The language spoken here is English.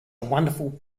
wonderful